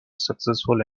successful